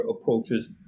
approaches